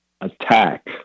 attack